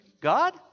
God